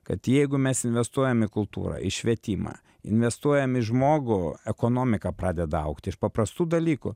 kad jeigu mes investuojam į kultūrą į švietimą investuojam į žmogų ekonomika pradeda augt iš paprastų dalykų